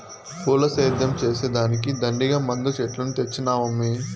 పూల సేద్యం చేసే దానికి దండిగా మందు చెట్లను తెచ్చినానమ్మీ